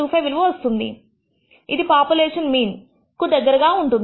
25 విలువ వస్తుంది ఇది పాపులేషన్ మీన్ కు దగ్గరగా ఉంటుంది